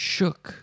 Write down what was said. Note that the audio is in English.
Shook